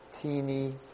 teeny